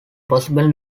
possible